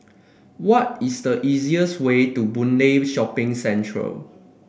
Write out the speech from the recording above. what is the easiest way to Boon Lay Shopping Centre